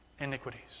iniquities